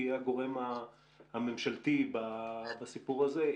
כי היא הגורם הממשלתי בסיפור הזה.